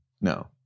no